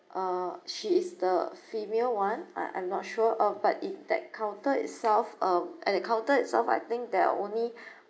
uh she is the female [one] I I'm not sure oh but if that counter itself um at the counter itself I think there're only